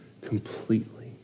completely